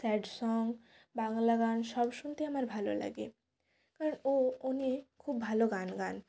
sad song Bangla গান সব শুনতেই আমার ভালো লাগে কারণ ও উনি খুব ভালো গান গান